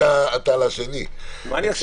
אתה בקריאה שנייה,